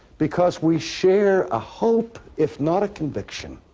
because we share a hope if not a conviction